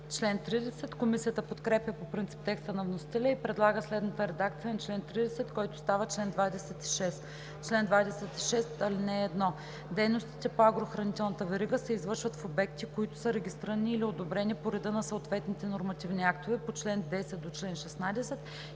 БЕЛОВА: Комисията подкрепя по принцип текста на вносителя и предлага следната редакция на чл. 30, който става чл. 26: „Чл. 26. (1) Дейностите по агрохранителната верига се извършват в обекти, които са регистрирани или одобрени по реда на съответните нормативни актове по чл. 10 – 16